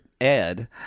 Ed